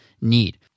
need